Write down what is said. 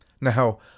Now